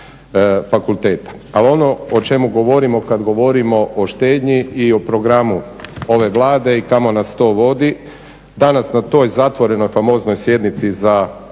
Ali ono o čemu govorimo kada govorimo o štednji i o programu ove Vlade i kamo nas to vodi, danas na toj zatvorenog famoznoj sjednici za promet